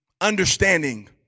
understanding